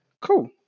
cool